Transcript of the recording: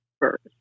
first